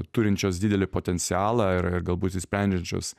turinčios didelį potencialą ir galbūt išsprendžiančios